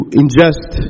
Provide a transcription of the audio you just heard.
ingest